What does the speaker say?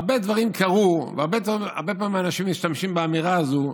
הרבה דברים קרו והרבה פעמים אנשים משתמשים באמירה הזו: